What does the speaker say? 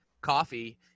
coffee